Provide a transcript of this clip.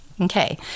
Okay